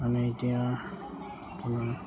মানে এতিয়া